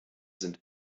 sind